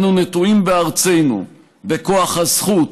אנו נטועים בארצנו בכוח הזכות,